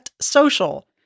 Social